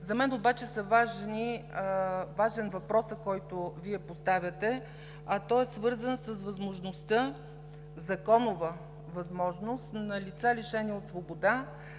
За мен е важен въпросът, който Вие поставяте, а той е свързан със законовата възможност на лица, лишени от свобода,